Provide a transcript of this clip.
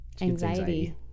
anxiety